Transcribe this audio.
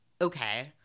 Okay